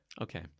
okay